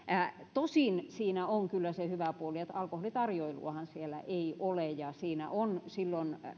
tosin siinä on kyllä se hyvä puoli että alkoholitarjoiluahan siellä ei ole ja siinä on silloin